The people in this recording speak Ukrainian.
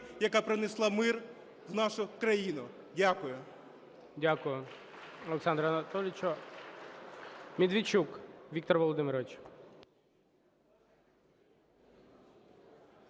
яка принесла мир в нашу країну. Дякую. ГОЛОВУЮЧИЙ. Дякую, Олександре Анатолійовичу. Медведчук Віктор Володимирович.